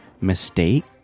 mistake